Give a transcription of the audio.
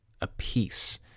apiece